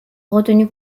retenue